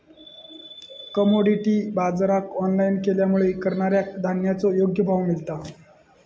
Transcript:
commodity बाजराक online केल्यामुळे करणाऱ्याक धान्याचो योग्य भाव मिळता